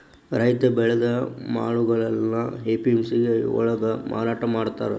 ರೈತ ಬೆಳೆದ ಮಾಲುಗಳ್ನಾ ಎ.ಪಿ.ಎಂ.ಸಿ ಯೊಳ್ಗ ಮಾರಾಟಮಾಡ್ತಾರ್